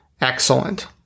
Excellent